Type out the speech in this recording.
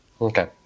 Okay